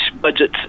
budget